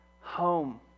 home